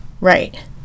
Right